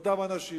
אותם אנשים.